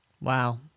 Wow